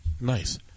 Nice